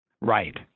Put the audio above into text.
Right